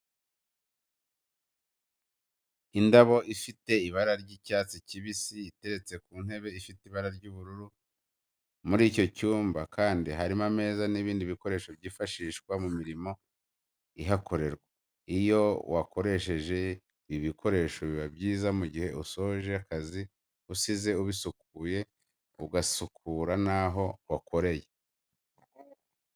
Indobo ifite ibara ry'icyatsi kibisi iteretse ku ntebe ifite ibara ry'ubururu muri icyo cyumba kandi harimo ameza n'ibindi bikoresho byifashishwa mu mirimo ihakorerwa, iyo wakoresheje ibikoresho biba byiza mu gihe usoje akazi usize ubisukuye ugasukura naho wakoreye.